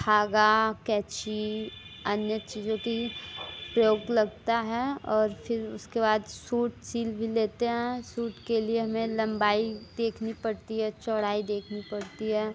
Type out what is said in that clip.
धागा कैंची अन्य चीज़ों का प्रयोग लगता हैं और फिर उसके बाद सूट सिल भी लेते हैं सूट के लिए हमें लंबाई देखनी पड़ती है चौड़ाई देखनी पड़ती है